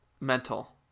mental